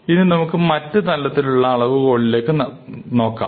ഇനി നമുക്ക് മറ്റുതരത്തിലുള്ള അളവുകളിലേക്ക് നോക്കാം